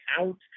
out